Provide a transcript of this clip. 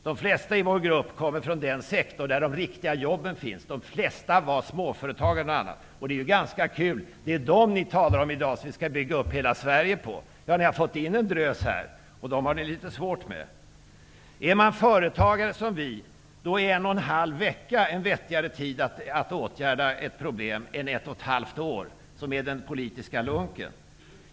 De flesta i vår grupp kommer från den sektor där de riktiga jobben finns. De flesta av oss var småföretagare. Det är ju ganska kul att ni talar om att de är de som hela Sverige i dag skall byggas upp på. Det har kommit in en drös här i kammaren, men den har ni det litet svårt med. Om man som vi är företagare, är en och en halv vecka en vettigare tid att åtgärda ett problem på än ett och ett halvt år, som det tar med den politiska lunken.